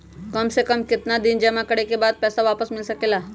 काम से कम केतना दिन जमा करें बे बाद पैसा वापस मिल सकेला?